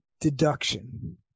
Deduction